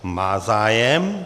Má zájem.